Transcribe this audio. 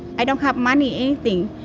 i don't have money. anything.